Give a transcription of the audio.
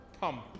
pump